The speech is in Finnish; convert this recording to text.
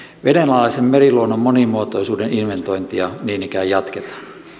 vedenalaisen meriluonnon monimuotoisuuden inventointia niin ikään jatketaan